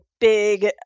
big